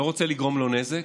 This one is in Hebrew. אני לא רוצה לגרום לו נזק,